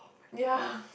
ya